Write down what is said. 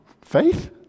Faith